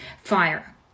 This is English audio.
fire